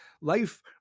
life